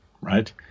right